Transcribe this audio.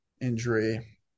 injury